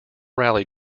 rally